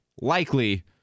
likely